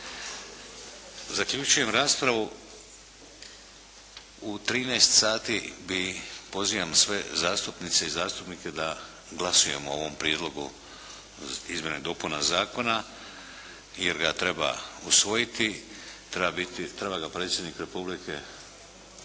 Zaključujem rasprasvu. U 13,00 sati bi pozivam sve zastupnice i zastupnike da glasujemo o ovom prijedlogu izmjena i dopuna zakona jer ga treba usvojiti. Treba ga Predsjednik Republike